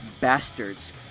bastards